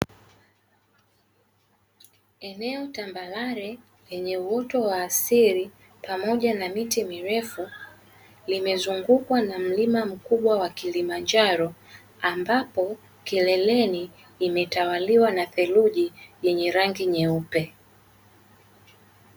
Eneo tambarare lenye uoto wa asili pamoja na miti mirefu, limezungukwa na mlima mkubwa wa kilimanjaro, ambapo kileleni limetawaliwa na theluji yenye rangi nyeupe.